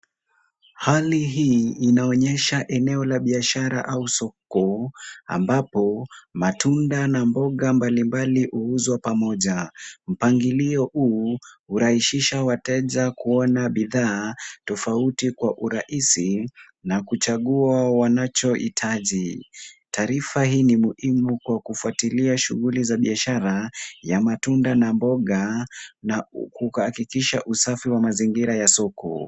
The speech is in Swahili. Hali hii inaonyesha eneo la biashara au soko ambapo matunda na mboga mbalimbali huuzwa pamoja. Mpangilio huu hurahisisha wateja kuona bidhaa tofauti kwa urahisi na kuchagua wanachohitaji. Taarifa hii ni muhimu kwa kufuatilia shughuli za biashara ya matunda na mboga na kuhakikisha usafi wa mazingira ya soko.